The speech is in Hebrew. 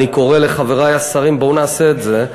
אני קורא לחברי השרים: בואו נעשה את זה.